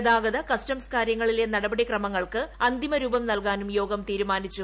ഗതാഗത കസ്റ്റംസ് കാര്യങ്ങളിലെ നടപടി ക്രമങ്ങൾക്ക് അന്തിമരൂപം നൽകാനും യോഗം തീരുമാനിച്ചു